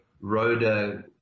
Rhoda